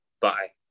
Bye